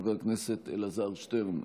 חבר הכנסת אלעזר שטרן,